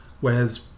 Whereas